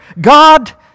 God